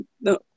No